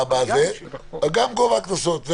גם גובה הקנסות.